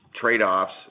trade-offs